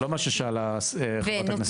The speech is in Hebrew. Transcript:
זה לא מה ששאלה חברת הכנסת.